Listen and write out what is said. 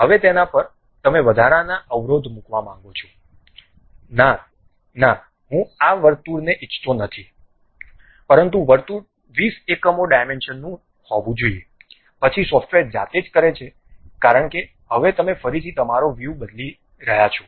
હવે તેના પર તમે વધારાની અવરોધ મૂકવા માંગો છો ના ના હું આ વર્તુળને ઇચ્છતો નથી પરંતુ વર્તુળ 20 એકમો ડાયમેન્શન નું હોવું જોઈએ પછી સોફ્ટવેર જાતે જ કરે છે કારણ કે હવે તમે ફરીથી તમારો વ્યૂ બદલી રહ્યા છો